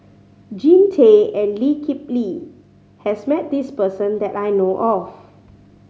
Jean Tay and Lee Kip Lee has met this person that I know of